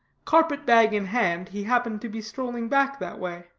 carpet-bag in hand, he happened to be strolling back that way.